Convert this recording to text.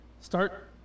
start